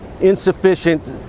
insufficient